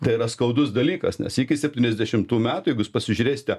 tai yra skaudus dalykas nes iki septyniasdešimtų metų jeigu jūs pasižiūrėsite